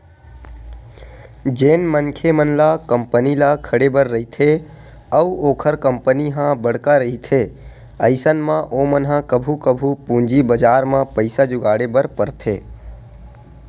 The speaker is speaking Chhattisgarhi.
जेन मनखे मन ल कंपनी ल खड़े बर रहिथे अउ ओखर कंपनी ह बड़का रहिथे अइसन म ओमन ह कभू कभू पूंजी बजार म पइसा जुगाड़े बर परथे